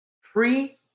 free